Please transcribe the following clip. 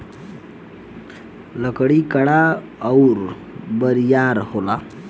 लकड़ी कड़ा अउर बरियार होला